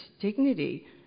dignity